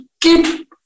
keep